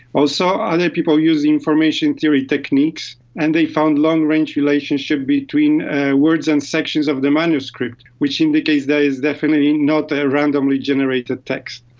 also, other people used information theory techniques and they found long-range relationships between words and sections of the manuscript, which indicates that is definitely not a randomly generated text.